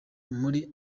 muri